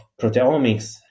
proteomics